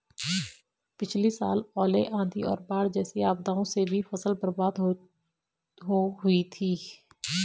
पिछली साल ओले, आंधी और बाढ़ जैसी आपदाओं से भी फसल बर्बाद हो हुई थी